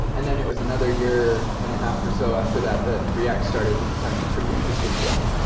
and then it was another year and a half or so after that that react started to become pretty interesting to me.